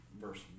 verse